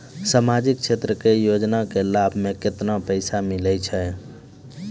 समाजिक क्षेत्र के योजना के लाभ मे केतना पैसा मिलै छै?